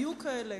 היו כאלה,